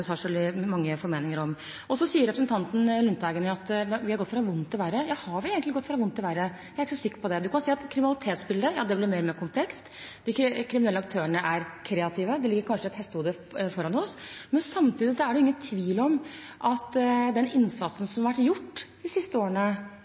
har gått fra vondt til verre. Ja, har det egentlig gått fra vondt til verre? Jeg er ikke så sikker på det. Man kan si at kriminalitetsbildet blir mer og mer komplekst. De kriminelle aktørene er kreative, de ligger kanskje et hestehode foran oss. Men samtidig er det ingen tvil om at den innsatsen